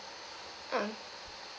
mm